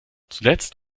zuletzt